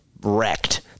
wrecked